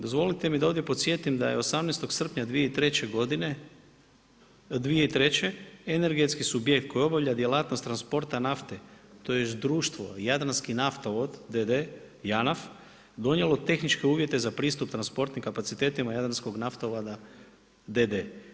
Dozvolite mi da ovdje podsjetim da je 18. srpnja 2003. godine, energetski subjekt koji obavlja djelatnost transporta nafte tj. društvo Jadranski naftovod d.d., JANAF, donijelo tehničke uvjete za pristup transportnim kapacitetima Jadranskog naftovoda d.d.